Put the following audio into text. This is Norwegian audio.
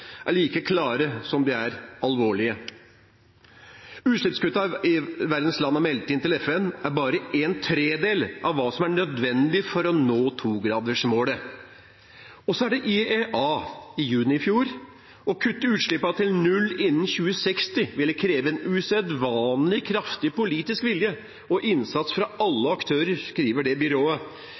like klare som de er alvorlige. Utslippskuttene verdens land har meldt inn til FN, utgjør bare en tredjedel av det som er nødvendig for å nå 2-gradersmålet. IEA skrev i juni i fjor at å kutte utslippene til null innen 2060 ville kreve en usedvanlig kraftig politisk vilje og innsats fra alle aktører. Og det er et usedvanlig kraftig språk fra det byrået.